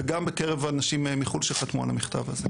וגם בקרב אנשים מחו"ל שחתמו על המכתב הזה,